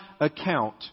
account